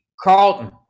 Carlton